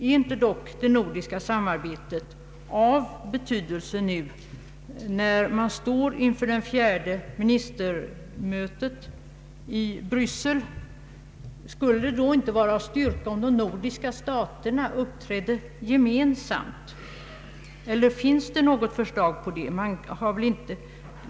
är dock inte det nordiska samarbetet av betydelse nu när man står inför det fjärde ministermötet i Bryssel? Skulle det inte vara en styrka, om de nordiska staterna där uppträdde gemensamt? Finns det något förslag härom?